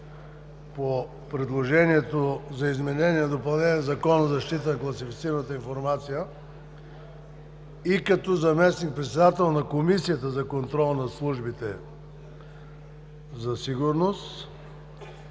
по предложението за изменение и допълнение на Закона за защита на класифицираната информация и като заместник-председател на Комисията за контрол на службите за сигурност,